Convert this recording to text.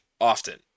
often